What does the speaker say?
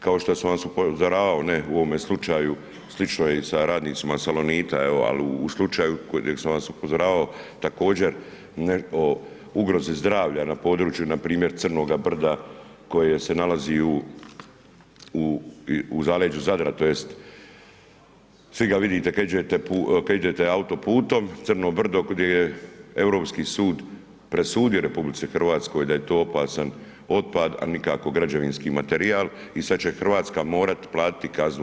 Kao što sam vas upozoravao ne u ovome slučaju, slično je i sa radnicima Salonita evo ali u slučaju gdje sam vas upozoravao također ugroze zdravlja na području npr. Crnoga brda koje se nalazi u zaleđu Zadra, tj. svi ga vidite kada idete autoputom, Crno brdo gdje je Europski sud presudio RH da je to opasan otpad a nikako građevinski materijal i sada će Hrvatska morati platiti kaznu.